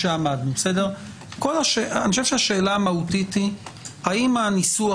אני חושב שהשאלה המהותית היא האם הניסוח